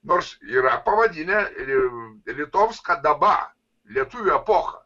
nors yra pavadinę ir litovska daba lietuvių epocha